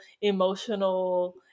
emotional